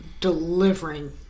delivering